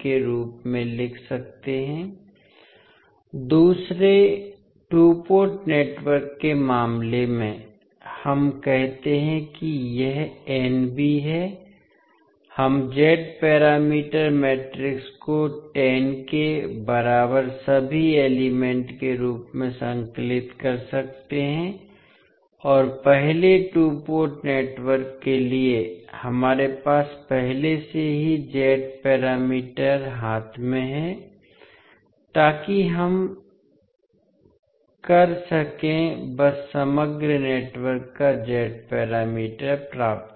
के रूप में लिख सकते हैं दूसरे टू पोर्ट नेटवर्क के मामले में हम कहते हैं कि यह Nb है हम Z पैरामीटर मैट्रिक्स को 10 के बराबर सभी एलिमेंट के रूप में संकलित कर सकते हैं और पहले टू पोर्ट नेटवर्क के लिए हमारे पास पहले से ही Z पैरामीटर हाथ में हैं ताकि हम कर सकें बस समग्र नेटवर्क का Z पैरामीटर प्राप्त करें